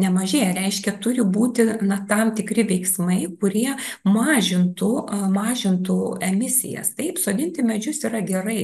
nemažėja reiškia turi būti na tam tikri veiksmai kurie mažintų mažintų emisijas taip sodinti medžius yra gerai